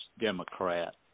Democrat